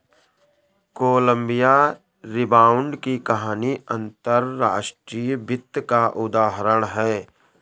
Colombia rebound की कहानी अंतर्राष्ट्रीय वित्त का उदाहरण है